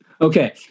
Okay